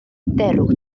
derw